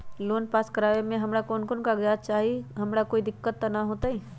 Loan पास करवावे में हमरा कौन कौन कागजात चाही और हमरा कोई दिक्कत त ना होतई?